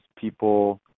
people